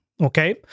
Okay